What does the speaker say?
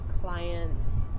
clients